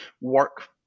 work